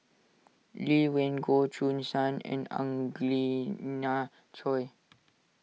Lee Wen Goh Choo San and Angelina Choy